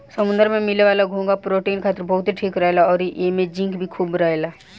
समुंद्र में मिले वाला घोंघा प्रोटीन खातिर बहुते ठीक रहेला अउरी एइमे जिंक भी खूब रहेला